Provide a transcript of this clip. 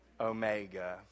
Omega